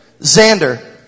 Xander